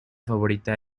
favorita